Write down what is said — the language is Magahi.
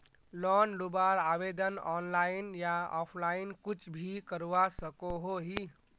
लोन लुबार आवेदन ऑनलाइन या ऑफलाइन कुछ भी करवा सकोहो ही?